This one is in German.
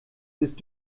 ist